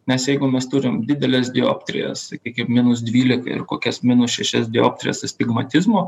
nes jeigu mes turim dideles dioptrijas sakykim minus dvylika ir kokias minus šešias dioptrijas astigmatizmo